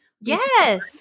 Yes